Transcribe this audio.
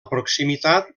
proximitat